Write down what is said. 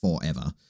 forever